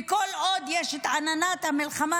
וכל עוד יש את עננת המלחמה,